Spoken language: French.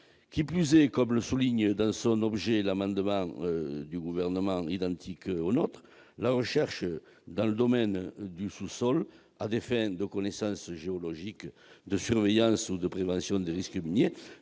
Qui plus est, comme cela est souligné dans l'objet de l'amendement du Gouvernement, identique au nôtre, « la recherche dans le domaine du sous-sol à des fins de connaissance géologique, de surveillance ou de prévention des risques miniers